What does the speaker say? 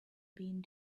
being